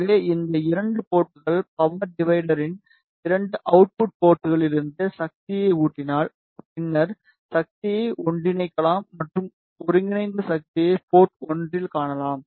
எனவே இந்த 2 போர்ட்கள் பவர் டிவைடரின் 2 அவுட்புட் போர்ட்களிலிருந்து சக்தியை ஊட்டினால் பின்னர் சக்தியை ஒன்றிணைக்கலாம் மற்றும் ஒருங்கிணைந்த சக்தியை போர்ட் 1 இல் காணலாம்